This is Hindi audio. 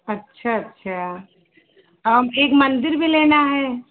अच्छा अच्छा हम एक मंदिर भी लेना है